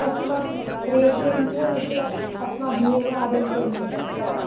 तस्मात् प्रेषयन्ति वा नो चेत् अस्माभिः एव आगन्तव्यं वा तत्र